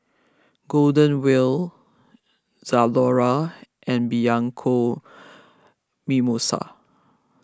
Golden Wheel Zalora and Bianco Mimosa